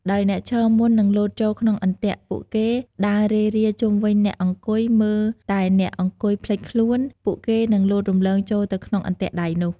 ដោយអ្នកឈរមុននឹងលោតចូលក្នុងអន្ទាក់ ពួកគេដើររេរាជុំវិញអ្នកអង្គុយ មើលតែអ្នកអង្គុយភ្លេចខ្លួន ពួកគេនឹងលោតរំលងចូលទៅក្នុងអន្ទាក់ដៃនោះ។